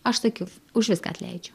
aš sakiau už viską atleidžiu